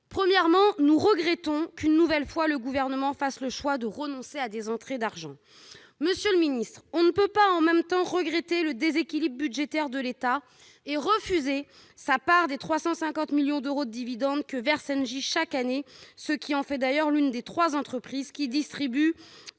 Premièrement, nous regrettons que le Gouvernement fasse une nouvelle fois le choix de renoncer à des rentrées d'argent. Monsieur le ministre, on ne peut pas en même temps déplorer le déséquilibre budgétaire de l'État et refuser la part des 350 millions d'euros de dividendes que lui verse Engie chaque année- cela en fait d'ailleurs l'une des trois entreprises qui distribuent